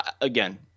Again